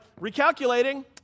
recalculating